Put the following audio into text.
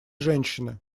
женщины